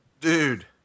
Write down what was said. Dude